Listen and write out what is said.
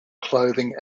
clothing